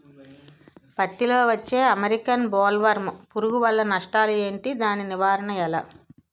పత్తి లో వచ్చే అమెరికన్ బోల్వర్మ్ పురుగు వల్ల నష్టాలు ఏంటి? దాని నివారణ ఎలా?